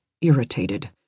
irritated